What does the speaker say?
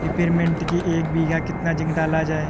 Peppermint की एक बीघा कितना जिंक डाला जाए?